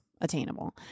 attainable